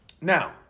Now